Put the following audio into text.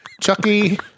Chucky